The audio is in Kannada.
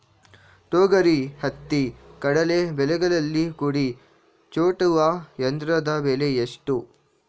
ತೊಗರಿ, ಹತ್ತಿ, ಕಡಲೆ ಬೆಳೆಗಳಲ್ಲಿ ಕುಡಿ ಚೂಟುವ ಯಂತ್ರದ ಬೆಲೆ ಎಷ್ಟು?